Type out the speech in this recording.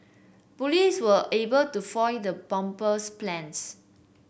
police were able to foil the bomber's plans